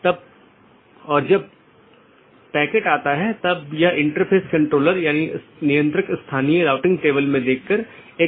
तो इसका मतलब है एक बार अधिसूचना भेजे जाने बाद डिवाइस के उस विशेष BGP सहकर्मी के लिए विशेष कनेक्शन बंद हो जाता है और संसाधन जो उसे आवंटित किये गए थे छोड़ दिए जाते हैं